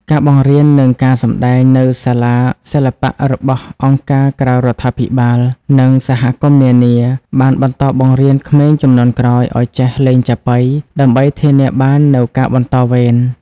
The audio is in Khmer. ការបង្រៀន និងការសម្តែង នៅសាលាសិល្បៈរបស់អង្គការក្រៅរដ្ឋាភិបាល និងសហគមន៍នានា បានបន្តបង្រៀនក្មេងជំនាន់ក្រោយឱ្យចេះលេងចាប៉ី ដើម្បីធានាបាននូវការបន្តវេន។